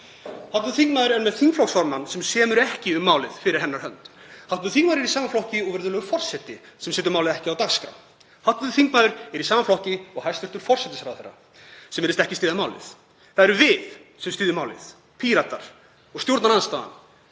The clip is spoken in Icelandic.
Hv. þingmaður er með þingflokksformann sem semur ekki um málið fyrir hennar hönd. Hv. þingmaður er í sama flokki og virðulegur forseti sem setur málið ekki á dagskrá. Hv. þingmaður er í sama flokki og hæstv. forsætisráðherra sem virðist ekki styðja málið. Það erum við sem styðjum málið, Píratar, og stjórnarandstaðan